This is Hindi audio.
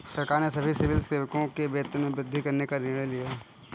सरकार ने सभी सिविल सेवकों के वेतन में वृद्धि करने का निर्णय लिया है